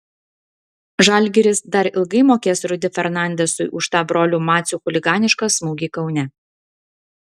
žalgiris dar ilgai mokės rudy fernandezui už tą brolių macių chuliganišką smūgį kaune